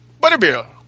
butterbeer